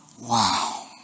Wow